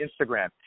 Instagram